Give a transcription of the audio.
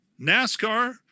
NASCAR